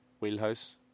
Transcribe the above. wheelhouse